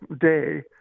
day